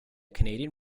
canadian